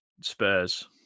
Spurs